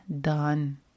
done